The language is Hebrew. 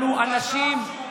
אנחנו אנשים,